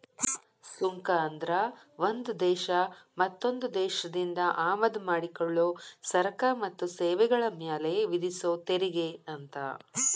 ಸುಂಕ ಅಂದ್ರ ಒಂದ್ ದೇಶ ಮತ್ತೊಂದ್ ದೇಶದಿಂದ ಆಮದ ಮಾಡಿಕೊಳ್ಳೊ ಸರಕ ಮತ್ತ ಸೇವೆಗಳ ಮ್ಯಾಲೆ ವಿಧಿಸೊ ತೆರಿಗೆ ಅಂತ